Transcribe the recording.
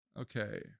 Okay